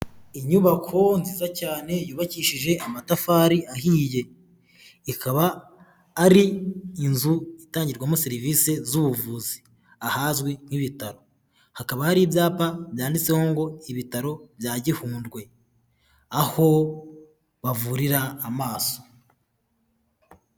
Inyubako nziza cyane yubakishije amatafari ahiye ikaba ari inzu itangirwamo serivisi z'ubuvuzi ahazwi nk'ibitaro hakaba hari ibyapa byanditseho ngo ibitaro bya gihundwe aho bavurira amaso.